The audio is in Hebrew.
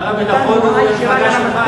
שר הביטחון הוא מהמפלגה שלך,